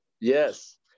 Yes